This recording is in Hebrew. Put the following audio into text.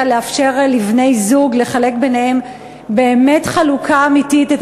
לאפשר לבני-זוג לחלק ביניהם באמת חלוקה אמיתית את